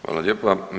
Hvala lijepa.